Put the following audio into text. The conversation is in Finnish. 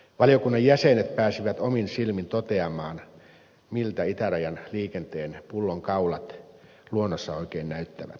valiokunnan jäsenet pääsivät omin silmin toteamaan miltä itärajan liikenteen pullonkaulat luonnossa oikein näyttävät